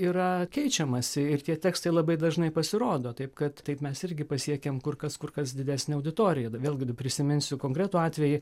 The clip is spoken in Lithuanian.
yra keičiamasi ir tie tekstai labai dažnai pasirodo taip kad taip mes irgi pasiekėm kur kas kur kas didesnę auditoriją vėlgi prisiminsiu konkretų atvejį